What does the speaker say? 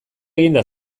eginda